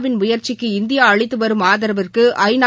win முயற்சிக்கு இந்தியாஅளித்துவரும் ஆதரவிற்கு ஐநா